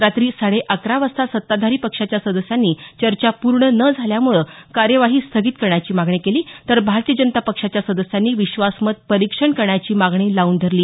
रात्री साडेअकरा वाजता सत्ताधारी पक्षाच्या सदस्यांनी चर्चा पूर्ण न झाल्यामुळं कार्यवाही स्थगित करण्याची मागणी केली तर भारतीय जनता पक्षाच्या सदस्यांनी विश्वासमत परीक्षण करण्याची मागणी लावून धरली